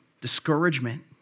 discouragement